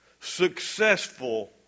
successful